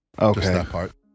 Okay